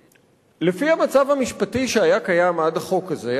לפי המצב המשפטי שהיה קיים עד החוק הזה,